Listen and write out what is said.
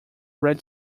red